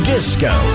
Disco